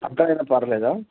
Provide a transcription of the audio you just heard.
అక్కడ అయినా పర్లేదా